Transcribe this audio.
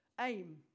aim